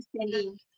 understanding